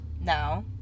now